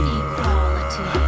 equality